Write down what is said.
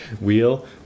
wheel